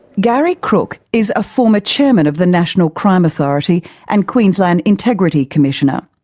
gary crooke is a former chairman of the national crime authority and queensland integrity commissioner.